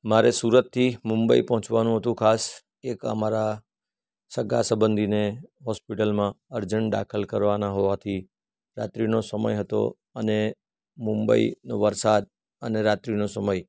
મારે સુરતથી મુંબઈ પહોંચવાનું હતું ખાસ એક અમારા સગાસબંધીને હોસ્પિટલમાં અરજન્ટ દાખલ કરવાના હોવાથી રાત્રિનો સમય હતો અને મુંબઈનો વરસાદ અને રાત્રિનો સમય